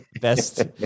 best